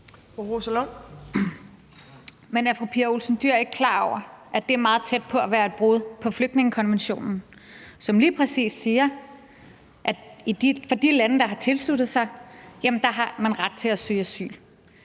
Men er fru Pia Olsen Dyhr ikke klar over, at det er meget tæt på at være et brud på flygtningekonventionen, som lige præcis siger, at man, hvad angår de lande, der har tilsluttet sig, har ret til at søge asyl